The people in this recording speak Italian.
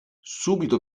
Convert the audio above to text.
subito